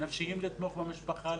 נפשיים לתמוך במשפחה.